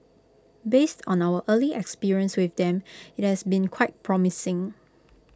based on our early experience with them it's been quite promising